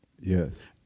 Yes